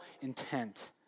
Intent